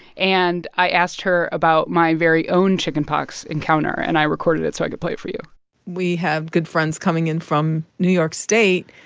and i asked her about my very own chickenpox encounter, and i recorded it so i could play it for you we have good friends coming in from new york state,